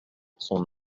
son